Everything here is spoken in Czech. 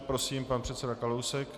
Prosím, pan předseda Kalousek.